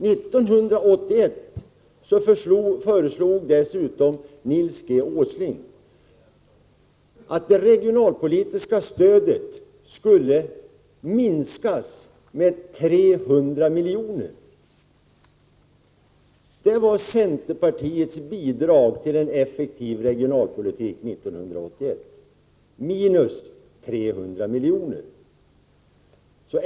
1981 föreslog Nils G. Åsling dessutom att det regionala stödet skulle minskas med 300 miljoner. Det var centerpartiets bidrag 1981 till en effektiv regionalpolitik — minus 300 miljoner.